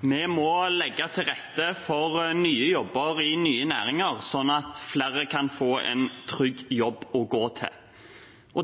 Vi må legge til rette for nye jobber i nye næringer, slik at flere kan få en trygg jobb å gå til.